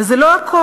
וזה לא הכול.